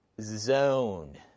zone